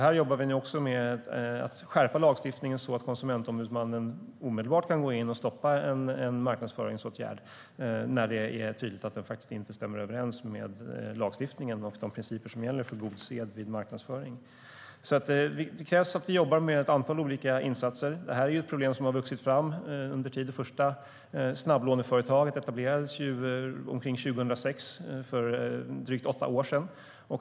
Här jobbar vi nu med att skärpa lagstiftningen så att Konsumentombudsmannen omedelbart kan gå in och stoppa en marknadsföringsåtgärd när det är tydligt att den inte stämmer överens med lagstiftningen och de principer som gäller för god sed vid marknadsföring. Det krävs att vi jobbar med ett antal olika insatser. Detta är ett problem som har vuxit fram under tid. Det första snabblåneföretaget etablerades omkring 2006, för drygt åtta år sedan.